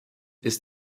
ist